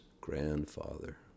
grandfather